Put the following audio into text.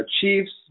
Chiefs